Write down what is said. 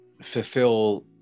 fulfill